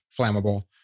flammable